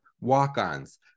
walk-ons